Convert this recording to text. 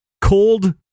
cold